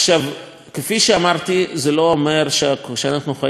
כפי שאמרתי זה לא אומר שאנחנו חיים בעולם מושלם.